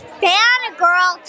fangirl